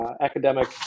academic